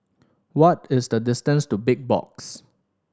what is the distance to Big Box